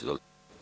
Izvolite.